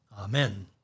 Amen